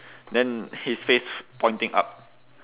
then his face pointing up